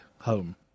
home